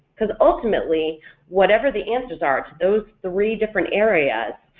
because ultimately whatever the answers are to those three different areas,